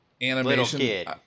animation